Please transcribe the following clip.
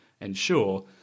ensure